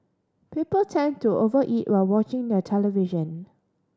people tend to over eat while watching the television